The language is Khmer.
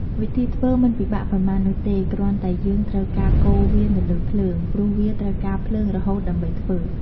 វិធីធ្វើមិនពិបាកប៉ុន្មាននោះទេ គ្រាន់តែយើងត្រូវការកូរវានៅលើភ្លើង ព្រោះវាត្រូវការភ្លើងរហូតដើម្បីធ្វើ។